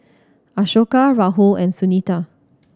Ashoka Rahul and Sunita